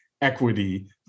equity